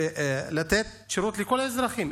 שירות לכל האזרחים.